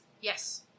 Yes